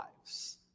lives